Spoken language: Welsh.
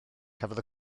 cafodd